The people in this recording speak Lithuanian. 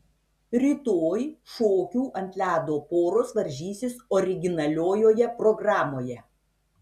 rytoj šokių ant ledo poros varžysis originaliojoje programoje